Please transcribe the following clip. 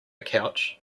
couch